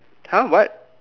!huh! what